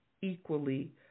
equally